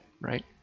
right